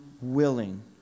willing